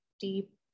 deep